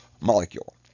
molecule